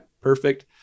perfect